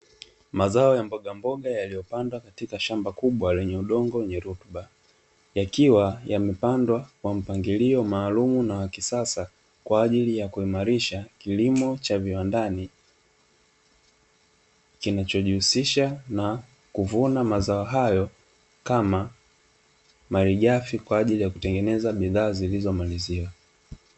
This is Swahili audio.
Mazao ya mbogamboga yaliyopandwa katika shamba kubwa lenye udongo wenye rutuba, yakiwa yamepandwa kwa mpangilio maalumu na wa kisasa, kwa ajili ya kuimarisha kilimo cha viwandani kinachojihusisha na kuvuna mazao hayo kama malighafi, kwa ajili ya kutengeneza bidhaa zilizomaliziwa.